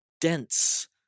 dense